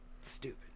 Stupid